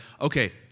okay